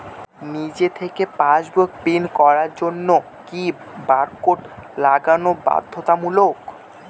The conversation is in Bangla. নিজে থেকে পাশবুক প্রিন্ট করার জন্য কি বারকোড লাগানো বাধ্যতামূলক?